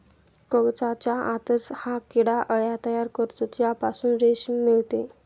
कवचाच्या आतच हा किडा अळ्या तयार करतो ज्यापासून रेशीम मिळते